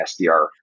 SDR